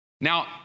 Now